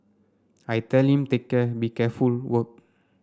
I telling take care be careful work